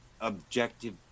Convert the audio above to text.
objective